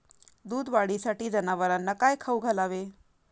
दूध वाढीसाठी जनावरांना काय खाऊ घालावे?